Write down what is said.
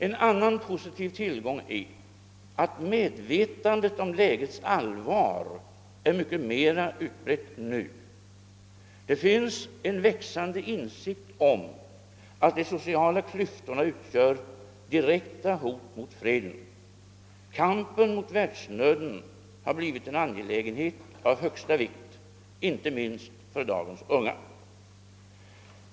En annan positiv tillgång är att medvetandet om lägets allvar är mycket mera utbrett nu. Det finns en växande insikt om att de sociala klyftorna utgör direkta hot mot freden. Kampen mot världshöden har blivit en angelägenhet av högsta vikt inte minst för dagens unga.